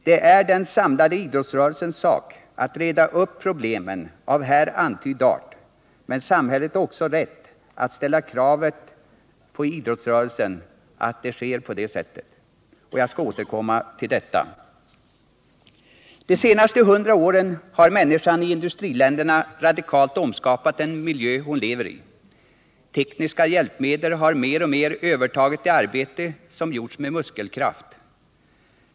Det är den samlade idrottsrörelsens sak att reda upp problemen av här antydd art, men samhället har också rätt att ställa kravet på idrottsrörelsen att så sker. Jag skall återkomma till detta. De senaste 100 åren har människan i industriländerna radikalt omskapat den miljö hon lever i. Tekniska hjälpmedel har mer och mer övertagit det arbete som tidigare gjorts med muskelkraft.